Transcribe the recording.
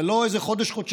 זה לא איזה חודש-חודשיים,